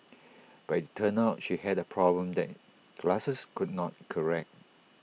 but IT turned out she had A problem that glasses could not correct